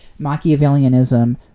Machiavellianism